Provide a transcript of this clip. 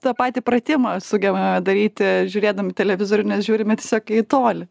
tą patį pratimą sugebame daryti žiūrėdami televizorių nes žiūrime tiesiog į tolį